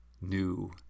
new